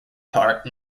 part